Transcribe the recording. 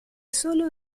sólo